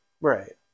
Right